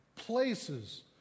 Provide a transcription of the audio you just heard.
places